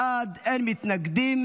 11 בעד, אין מתנגדים.